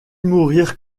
mourir